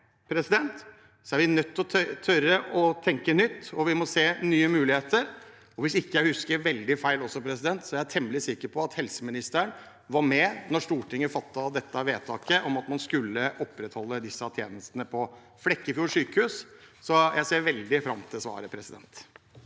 det er vi nødt til å tørre å tenke nytt, og vi må se nye muligheter. Hvis jeg ikke husker veldig feil, er jeg temmelig sikker på at helseministeren var med da Stortinget fattet vedtaket om at man skulle opprettholde disse tjenestene på Flekkefjord sykehus, så jeg ser veldig fram til svaret.